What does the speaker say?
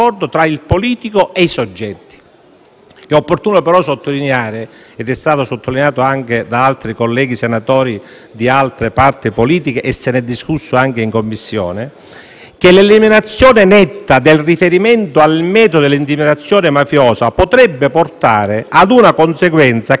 È opportuno però sottolineare - è stato sottolineato anche da altri colleghi senatori di altre parti politiche e se ne è discusso anche in Commissione - che l'eliminazione netta del riferimento al metodo dell'intimidazione mafiosa potrebbe portare ad una conseguenza, che sicuramente l'odierno legislatore non vuole e